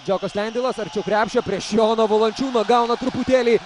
džiokas lendeilas arčiau krepšio prieš joną valančiūną gauna truputėlį